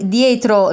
dietro